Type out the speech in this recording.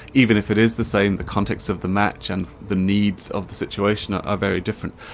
even if it is the same, the context of the match and the needs of the situation are are very different.